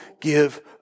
give